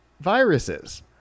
viruses